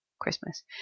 Christmas